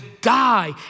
die